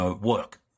work